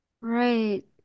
Right